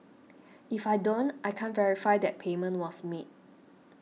if I don't I can't verify that payment was made